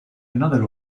another